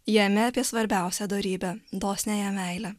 jame apie svarbiausią dorybę dosniąją meilę